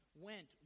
went